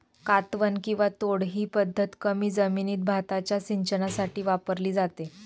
कातवन किंवा तोड ही पद्धत कमी जमिनीत भाताच्या सिंचनासाठी वापरली जाते